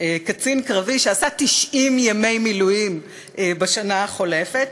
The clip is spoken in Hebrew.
קצין קרבי שעשה 90 ימי מילואים בשנה החולפת,